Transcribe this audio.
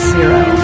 Zero